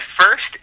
first